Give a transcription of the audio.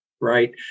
right